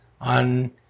on